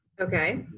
Okay